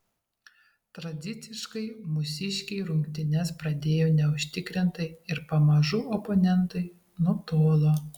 tradiciškai mūsiškiai rungtynes pradėjo neužtikrintai ir pamažu oponentai nutolo